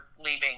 leaving